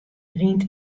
rint